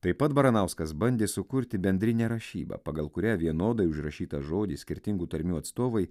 taip pat baranauskas bandė sukurti bendrinę rašybą pagal kurią vienodai užrašytą žodį skirtingų tarmių atstovai